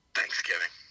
Thanksgiving